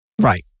Right